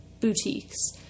boutiques